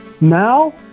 now